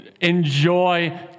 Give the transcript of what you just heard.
enjoy